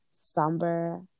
somber